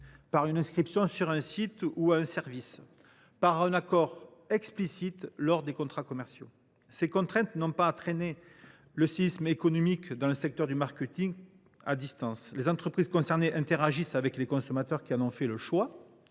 ; une inscription sur un site ou à un service ; un accord explicite lors de contrats commerciaux. Ces contraintes n’ont pas entraîné de séisme économique dans le secteur du marketing à distance. Les entreprises concernées interagissent avec les consommateurs qui en ont fait le choix